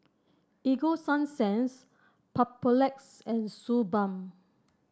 Ego Sunsense Papulex and Suu Balm